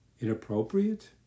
inappropriate